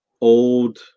old